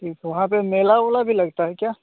ठीक वहाँ पर मेला उला भी लगता है क्या